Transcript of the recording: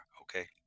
okay